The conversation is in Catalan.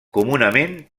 comunament